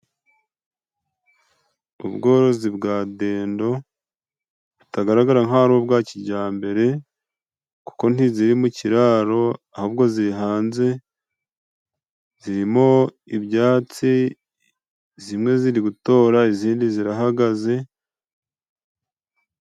Ubworozi bwa dendo butagaragara nkaho ari ubwa kijyambere, kuko ntiziri mu kiraro ahubwo ziri hanze, zirimo ibyatsi zimwe ziri gutora izindi zirahagaze.